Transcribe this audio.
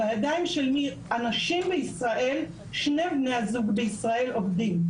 שני בני הזוג בישראל עובדים,